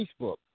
Facebook